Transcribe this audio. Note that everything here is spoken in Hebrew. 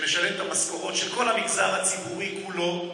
שמשלם את המשכורות של כל המגזר הציבורי כולו,